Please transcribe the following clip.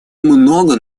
много